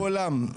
כולם.